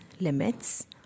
limits